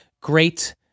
great